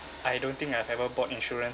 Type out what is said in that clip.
I don't think I've ever bought insurance